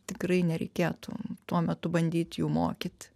tikrai nereikėtų tuo metu bandyt jų mokyt